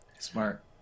Smart